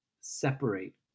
separate